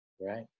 Right